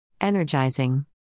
Energizing